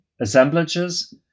assemblages